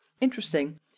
Interesting